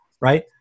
right